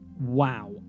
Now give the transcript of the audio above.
Wow